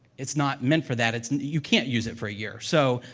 it's not meant for that. it's you can't use it for a year. so,